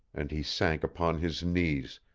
and he sank upon his knees,